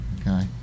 Okay